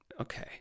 okay